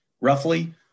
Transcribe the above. roughly